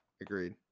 agreed